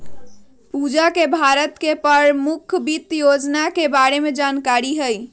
पूजा के भारत के परमुख वित योजना के बारे में जानकारी हई